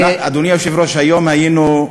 אדוני היושב-ראש, היום היינו,